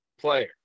player